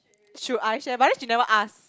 should I share but then she never ask